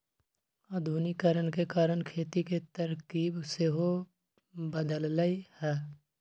आधुनिकीकरण के कारण खेती के तरकिब सेहो बदललइ ह